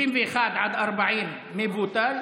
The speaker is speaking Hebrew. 31 עד 40 מבוטל,